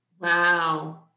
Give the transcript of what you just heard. wow